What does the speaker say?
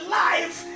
life